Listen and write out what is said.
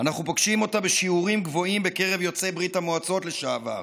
אנחנו פוגשים אותה בשיעורים גבוהים בקרב יוצאי ברית המועצות לשעבר,